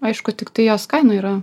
aišku tiktai jos kaina yra